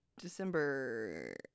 December